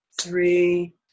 three